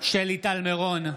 שלי טל מירון,